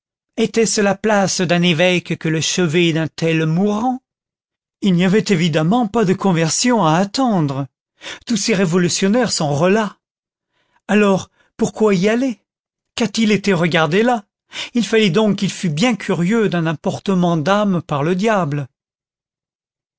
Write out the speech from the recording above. était-ce la place d'un évêque que le chevet d'un tel mourant il n'y avait évidemment pas de conversion à attendre tous ces révolutionnaires sont relaps alors pourquoi y aller qu'a-t-il été regarder là il fallait donc qu'il fût bien curieux d'un emportement d'âme par le diable